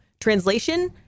Translation